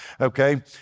okay